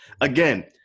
again